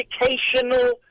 Educational